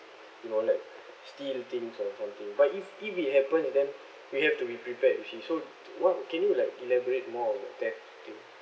you know like steal things or something but if if it happens and then we have to be prepared which is so what can you like elaborate more on theft thing